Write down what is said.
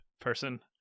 person